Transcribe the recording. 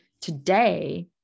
today